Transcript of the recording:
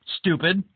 stupid